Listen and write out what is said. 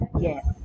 Yes